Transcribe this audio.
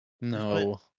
No